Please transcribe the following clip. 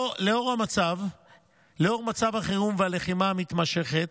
לנוכח מצב החירום והלחימה המתמשכת,